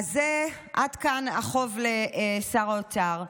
אז זהו, עד כאן החוב לשר האוצר.